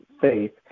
faith